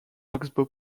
oxbow